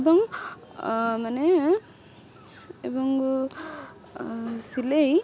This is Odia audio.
ଏବଂ ମାନେ ଏବଂ ସିଲେଇ